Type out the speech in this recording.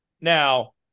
now